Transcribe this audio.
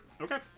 okay